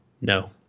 No